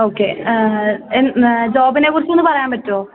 ആ ഓക്കെ എന്നാൽ ജോബിനെക്കുറിച്ചൊന്നു പറയാൻ പറ്റുമോ